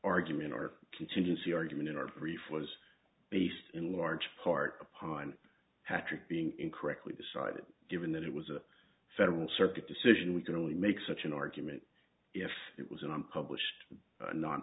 argument or contingency argument in our brief was based in large part upon patrick being incorrectly decided given that it was a federal circuit decision we can only make such an argument if it was an unpublished